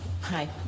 Hi